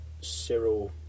Cyril